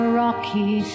rocky